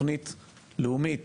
תוכנית לאומית